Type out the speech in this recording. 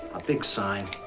a big sign.